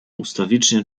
ustawicznie